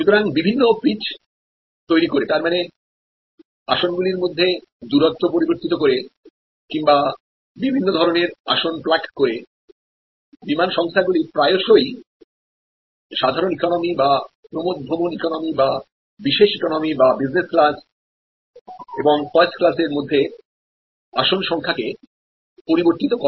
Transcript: সুতরাং বিভিন্ন পিচ তৈরি করে তার মানে আসনগুলির মধ্যে দূরত্বপরিবর্তিত করে এবং বিভিন্ন ধরণের আসন প্লাগ করে বিমান সংস্থাগুলি প্রায়শই সাধারণ ইকোনমি বা প্রমোদভ্রমণইকোনমি বা বিশেষ ইকোনমি বা বিজনেস ক্লাস এবং ফার্স্ট ক্লাসের মধ্যে আসন সংখ্যা কে পরিবর্তিত করে